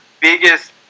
biggest